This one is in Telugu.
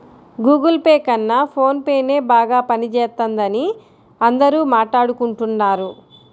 గుగుల్ పే కన్నా ఫోన్ పేనే బాగా పనిజేత్తందని అందరూ మాట్టాడుకుంటన్నారు